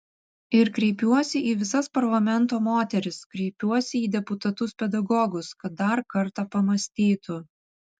ir kreipiuosi į visas parlamento moteris kreipiuosi į deputatus pedagogus kad dar kartą pamąstytų